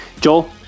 Joel